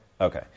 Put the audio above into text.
Okay